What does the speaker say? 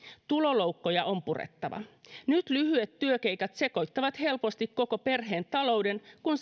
tuloloukkuja on purettava nyt lyhyet työkeikat sekoittavat helposti koko perheen talouden kun